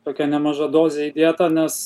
tokia nemaža dozė įdėta nes